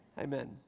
amen